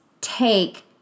take